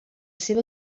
seva